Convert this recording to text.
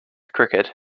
cricket